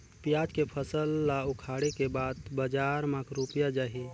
पियाज के फसल ला उखाड़े के बाद बजार मा रुपिया जाही?